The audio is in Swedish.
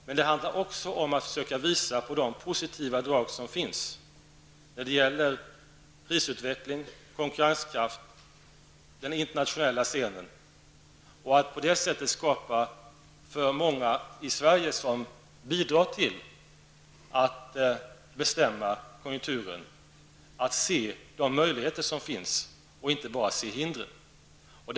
Men det handlar också om att försöka visa på de positiva drag som finns när det gäller prisutveckling, konkurrenskraft och den internationella scenen och att på det sättet skapa möjligheter för dem i Sverige som bidrar till att bestämma konjunkturen att se de många möjligheter som finns och inte bara se hinder.